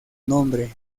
nombre